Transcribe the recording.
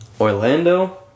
Orlando